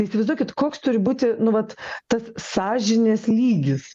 įsivaizduokit koks turi būti nu vat tas sąžinės lygis